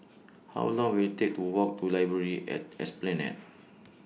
How Long Will IT Take to Walk to Library At Esplanade